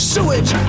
Sewage